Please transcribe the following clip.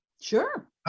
Sure